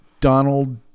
Donald